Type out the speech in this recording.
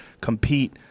compete